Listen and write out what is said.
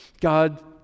God